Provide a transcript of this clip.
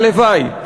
הלוואי.